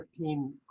15